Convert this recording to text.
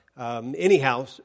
Anyhow